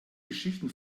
geschichten